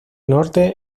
norte